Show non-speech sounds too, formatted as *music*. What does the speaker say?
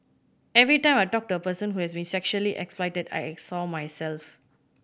every time I talked to a person who had been sexually exploited *unintelligible* I saw myself